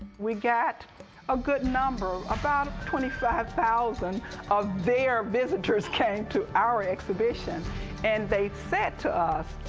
we got a good number, about twenty five thousand, of their visitors came to our exhibition and they said to us,